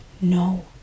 no